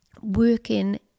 working